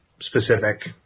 specific